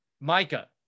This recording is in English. Micah